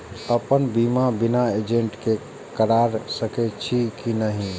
अपन बीमा बिना एजेंट के करार सकेछी कि नहिं?